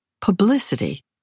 Publicity